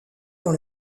dans